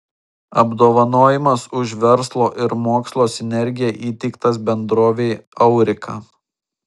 apdovanojimas už verslo ir mokslo sinergiją įteiktas bendrovei aurika